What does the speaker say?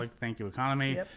like thank you economy.